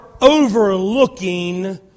overlooking